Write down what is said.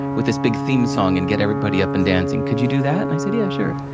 with this big theme song, and get everybody up and dancing. could you do that? and, i said, yeah, sure.